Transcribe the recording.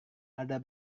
ada